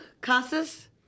Casas